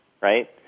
right